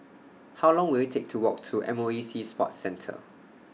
How Long Will IT Take to Walk to M O E Sea Sports Centre